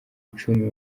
icumi